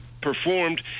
performed